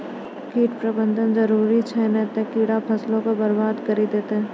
कीट प्रबंधन जरुरी छै नै त कीड़ा फसलो के बरबाद करि देतै